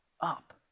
up